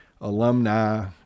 alumni